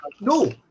No